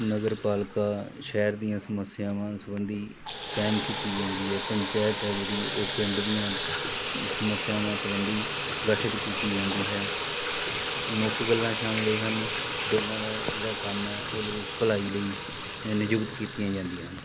ਨਗਰਪਾਲਿਕਾ ਸ਼ਹਿਰ ਦੀਆਂ ਸਮੱਸਿਆਵਾਂ ਸੰਬੰਧੀ ਕਾਇਮ ਕੀਤੀ ਜਾਂਦੀ ਹੈ ਪੰਚਾਇਤ ਹੈ ਜਿਹੜੀ ਉਹ ਪਿੰਡ ਦੀ ਸਮੱਸਿਆਵਾਂ ਸੰਬੰਧੀ ਗਠਿਤ ਕੀਤੀ ਜਾਂਦੀ ਹੈ ਮੁੱਖ ਗੱਲਾਂ ਸ਼ਾਮਿਲ ਇਹ ਹਨ ਦੋਨਾਂ ਦਾ ਜਿਹੜਾ ਕੰਮ ਹੈ ਉਹ ਲੋਕ ਭਲਾਈ ਲਈ ਨਿਯੁਕਤ ਕੀਤੀਆਂ ਜਾਂਦੀਆਂ ਹਨ